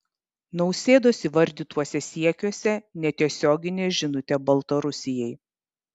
nausėdos įvardytuose siekiuose netiesioginė žinutė baltarusijai